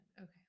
okay